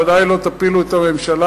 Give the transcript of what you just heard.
ודאי לא תפילו את הממשלה,